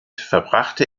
verbrachte